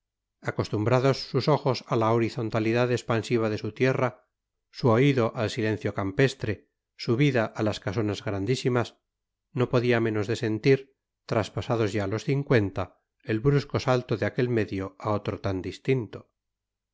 acostumbrados sus ojos a la horizontalidad expansiva de su tierra su oído al silencio campestre su vida a las casonas grandísimas no podía menos de sentir traspasados ya los cincuenta el brusco salto de aquel medio a otro tan distinto